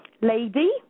Lady